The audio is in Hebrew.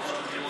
לסעיף